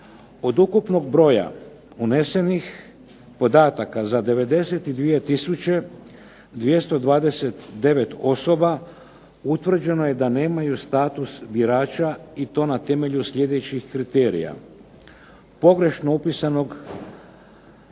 Od ukupnog broja unesenih podataka za 92 tisuće 229 osoba utvrđeno je da nemaju status birača i to na temelju sljedećih kriterija: pogrešno upisanog